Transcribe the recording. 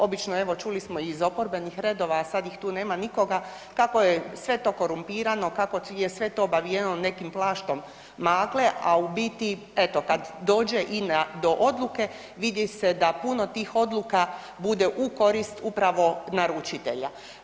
Obično evo čuli smo iz oporbenih redova, a sad ih tu nema nikoga kako je sve to korumpirano, kako je sve to obavijeno nekim plaštom magle, a u biti eto kad dođe i do odluke vidi se da puno tih odluka bude u korist upravo naručitelja.